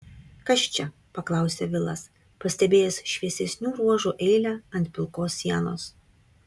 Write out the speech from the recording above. kas čia paklausė vilas pastebėjęs šviesesnių ruožų eilę ant pilkos sienos